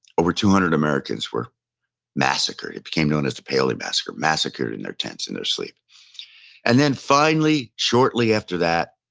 over two hundred americans were massacred. it became known as the paoli massacre. massacred in their tents, in their sleep and then finally, shortly after that,